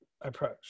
approach